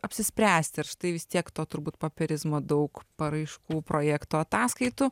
apsispręsti ir štai vis tiek to turbūt popierizmo daug paraiškų projektų ataskaitų